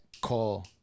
call